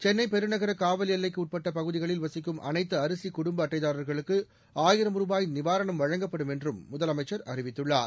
சென்னை பெருநகர காவல் எல்லைக்கு உட்பட்ட பகுதிகளில் வசிக்கும் அனைத்து அரிசி குடும்ப அட்டைதாரர்களுக்கு ஆயிரம் ரூபாய் நிவாரணம் வழங்கப்படும் என்றும் முதலமைச்சர் அறிவித்துள்ளார்